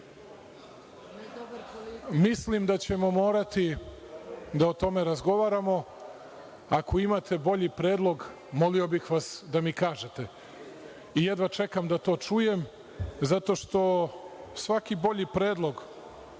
mislim da ćemo morati da o tome razgovaramo, ako imate bolji predlog, molio bih vas da mi kažete. Jedva čekam da to čujem zato što svaki bolji predlog